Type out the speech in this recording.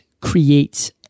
creates